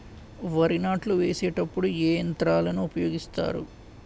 వరి నాట్లు వేసేటప్పుడు ఏ యంత్రాలను ఉపయోగిస్తారు?